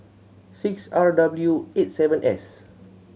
six R W eight seven S